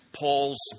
Paul's